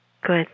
Good